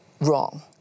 wrong